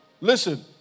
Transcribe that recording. listen